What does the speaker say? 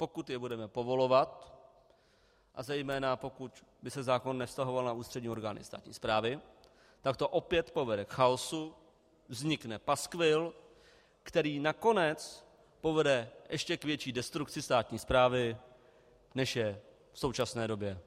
Pokud je budeme povolovat a zejména pokud by se zákon nevztahoval na ústřední orgány státní správy, tak to opět povede k chaosu, vznikne paskvil, který nakonec povede ještě k větší destrukci státní správy, než je v současné době.